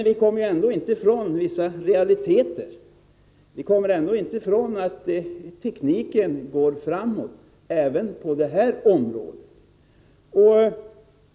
Vi kommer ändå inte ifrån vissa realiteter. Vi kommer inte ifrån att tekniken går framåt även på detta område.